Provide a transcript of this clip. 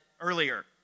earlier